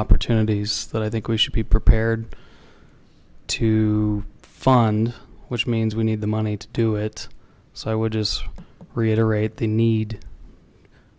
opportunities that i think we should be prepared to fund which means we need the money to do it so i would just reiterate the need